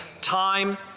Time